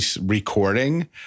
recording